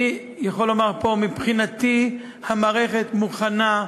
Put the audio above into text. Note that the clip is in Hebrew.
אני יכול לומר פה: מבחינתי המערכת מוכנה,